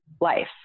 life